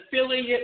affiliate